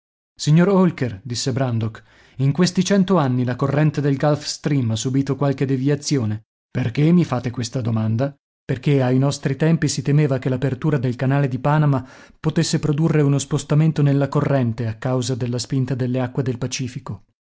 signor holker disse brandok in questi cento anni la corrente del gulf stream ha subìto qualche deviazione perché mi fate questa domanda perché ai nostri tempi si temeva che l'apertura del canale di panama potesse produrre uno spostamento nella corrente a causa della spinta delle acque del pacifico